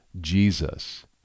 Jesus